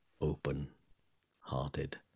open-hearted